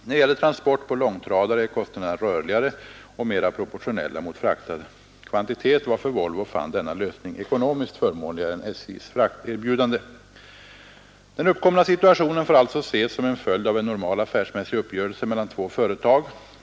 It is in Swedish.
När det gäller transport på långtradare är kostnaderna rörligare och mera proportionella mot fraktad kvantitet, varför Volvo fann denna lösning ekonomiskt förmånligare än SJ:s frakterbjudande. Den uppkomna situationen får alltså ses som en följd av en normal affärsmässig uppgörelse mellan två företag.